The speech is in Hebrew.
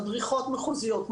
מדריכות מחוזיות,